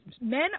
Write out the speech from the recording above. men